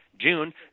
June